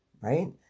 right